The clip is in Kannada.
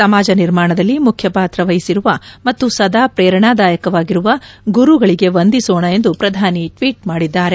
ಸಮಾಜ ನಿರ್ಮಾಣದಲ್ಲಿ ಮುಖ್ಯ ಪಾತ್ರ ವಹಿಸಿರುವ ಮತ್ತು ಸದಾ ಪ್ರೇರಣಾದಾಯಕರಾಗಿರುವ ಗುರುಗಳಿಗೆ ವಂದಿಸೋಣ ಎಂದು ಪ್ರಧಾನಿ ಟ್ವೀಟ್ ಮಾಡಿದ್ದಾರೆ